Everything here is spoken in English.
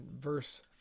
verse